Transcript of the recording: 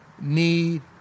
need